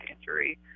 injury